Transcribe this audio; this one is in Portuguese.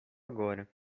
agora